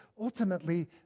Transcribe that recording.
ultimately